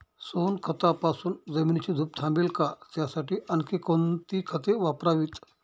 सोनखतापासून जमिनीची धूप थांबेल का? त्यासाठी आणखी कोणती खते वापरावीत?